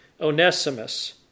Onesimus